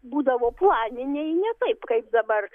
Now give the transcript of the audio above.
būdavo planiniai ne taip kaip dabar